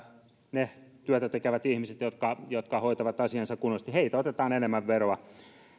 ne työtä tekevät ihmiset jotka jotka hoitavat asiansa kunnollisesti heiltä otetaan enemmän veroa